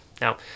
Now